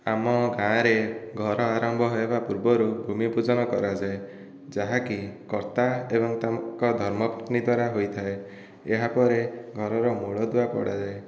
ଆମ ଗାଁରେ ଘର ଆରମ୍ଭ ହେବା ପୂର୍ବରୁ ଭୂମି ପୂଜନ କରାଯାଏ ଯାହା କି କର୍ତ୍ତା ଏବଂ ତାଙ୍କ ଧର୍ମପତ୍ନୀ ଦ୍ଵାରା ହୋଇଥାଏ ଏହା ପରେ ଘରର ମୂଳଦୁଆ ପଡ଼ା ଯାଏ